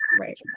right